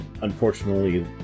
Unfortunately